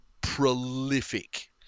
prolific